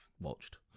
watched